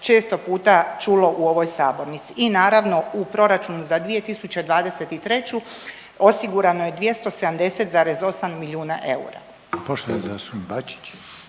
često puta čulo u ovoj sabornici. I naravno u proračunu za 2023. osigurano je 270,8 milijuna eura.